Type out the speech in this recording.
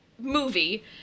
Movie